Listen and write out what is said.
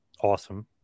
Awesome